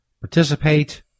participate